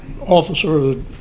Officer